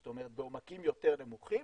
זאת אומרת בעומקים יותר נמוכים,